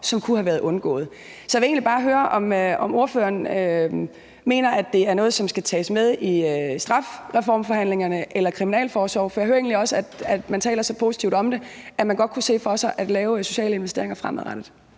som kunne have været undgået. Så jeg vil egentlig bare høre, om ordføreren mener, at det er noget, som skal tages med i strafreformforhandlingerne eller i forhold til kriminalforsorgen. For jeg hører egentlig også, at man taler så positivt om det, at man godt kunne se det for sig at lave sociale investeringer fremadrettet.